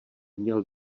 měl